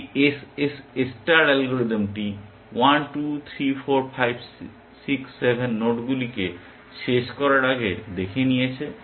এই SSS star অ্যালগরিদমটি 1 2 3 4 5 6 7 নোডগুলিকে শেষ করার আগে দেখে নিয়েছে